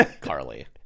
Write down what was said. Carly